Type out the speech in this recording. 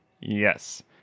Yes